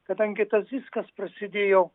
kadangi tas viskas prasidėjo